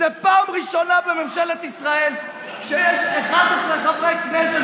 זאת הפעם הראשונה בממשלת ישראל שיש 11 חברי כנסת